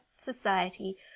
society